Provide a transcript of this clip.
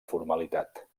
formalitat